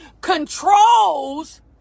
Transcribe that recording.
controls